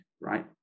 right